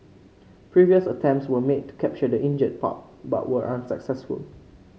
previous attempts were made to capture the injured pup but were unsuccessful